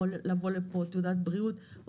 יכול לבוא לפה תעודת בריאות,